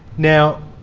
now,